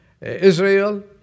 Israel